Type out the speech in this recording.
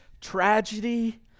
tragedy